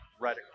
right